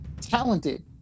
talented